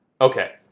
Okay